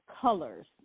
colors